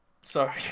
Sorry